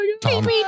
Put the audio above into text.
Tom